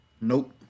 Nope